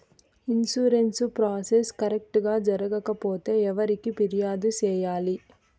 insurance process correct గా జరగకపోతే ఎవరికి ఫిర్యాదు సేయాలి